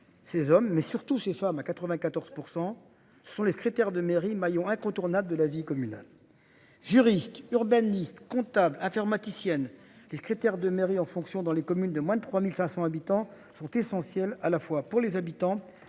ces hommes mais surtout ces femmes à 94% ce sont les secrétaires de mairie maillon incontournable de la vie commune. Juristes urbanistes comptable, informaticienne les secrétaire de mairie en fonction dans les communes de moins de 3500 habitants sont essentiels à la fois pour les habitants